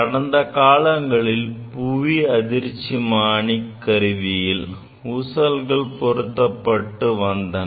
கடந்த காலங்களில் புவி அதிர்ச்சிமானி கருவியில் ஊசல்கள் பயன்படுத்தப்பட்டு வந்தன